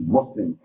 Muslim